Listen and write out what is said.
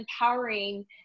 empowering